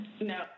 No